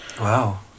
Wow